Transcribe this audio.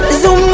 zoom